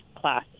class